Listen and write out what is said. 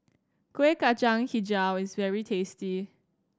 Kueh Kacang Hijau is very tasty